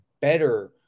better